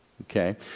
Okay